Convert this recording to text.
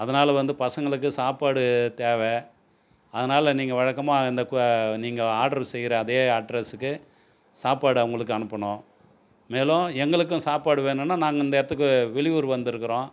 அதனால் வந்து பசங்களுக்கு சாப்பாடு தேவை அதனால் நீங்கள் வழக்கமாக அந்த க நீங்கள் ஆர்டர் செய்கிற அதே அட்ரஸ்ஸுக்கு சாப்பாடு அவங்களுக்கு அனுப்பணும் மேலும் எங்களுக்கும் சாப்பாடு வேணும்னால் நாங்கள் இந்த இடத்துக்கு வெளியூர் வந்திருக்குறோம்